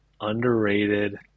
underrated